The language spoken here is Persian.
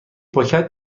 پاکت